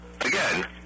again